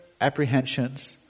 apprehensions